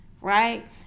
right